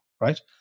right